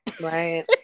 Right